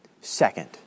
second